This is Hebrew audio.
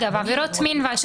וגם בניסיון של רצח קטין וחטיפה.